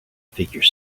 figure